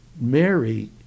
Mary